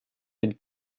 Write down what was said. den